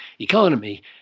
economy